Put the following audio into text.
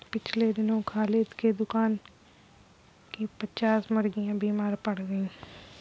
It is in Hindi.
पिछले दिनों खालिद के दुकान की पच्चास मुर्गियां बीमार पड़ गईं